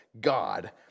God